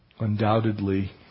Undoubtedly